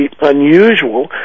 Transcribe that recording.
unusual